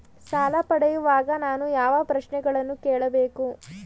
ಸಾಲ ಪಡೆಯುವಾಗ ನಾನು ಯಾವ ಪ್ರಶ್ನೆಗಳನ್ನು ಕೇಳಬೇಕು?